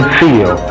feel